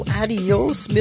adios